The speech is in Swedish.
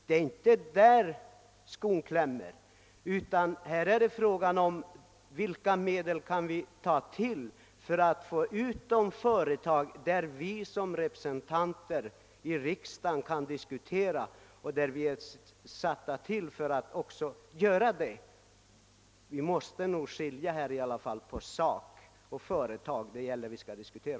Det är inte där skon klämmer, utan frågan gäller vilka medel vi kan använda för att flytta ut företag, vilkas verksamhet vi här i riksdagen kan diskutera.